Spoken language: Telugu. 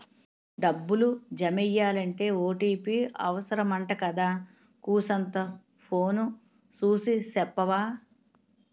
డబ్బులు జమెయ్యాలంటే ఓ.టి.పి అవుసరమంటగదా కూసంతా ఫోను సూసి సెప్పవా